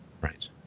Right